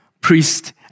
priest